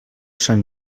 sant